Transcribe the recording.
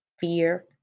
fear